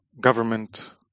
Government